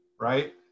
right